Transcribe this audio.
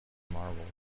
marvelous